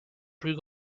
plus